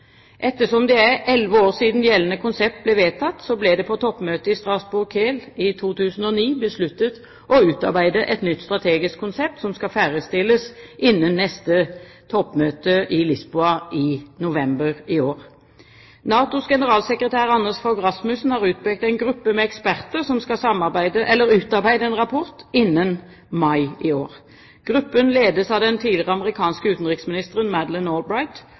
Ettersom det er elleve år siden gjeldende konsept ble vedtatt, ble det på toppmøtet i Strasbourg/Kehl i 2009 besluttet å utarbeide et nytt strategisk konsept, som skal ferdigstilles innen neste toppmøte i Lisboa i november i år. NATOs generalsekretær, Anders Fogh Rasmussen, har utpekt en gruppe eksperter som skal utarbeide en rapport innen mai i år. Gruppen ledes av den tidligere amerikanske utenriksministeren Madeleine K. Albright,